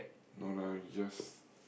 no lah just